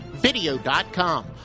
video.com